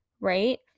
right